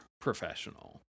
professional